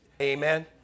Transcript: Amen